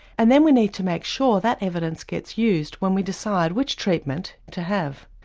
and then we need to make sure that evidence gets used when we decide which treatment to have.